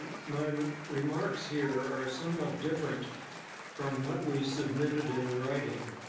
my um remarks here are somewhat difference from what we submitted in writing,